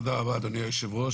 תודה רבה, אדוני היושב-ראש.